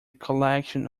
collection